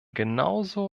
genauso